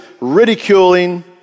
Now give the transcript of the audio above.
ridiculing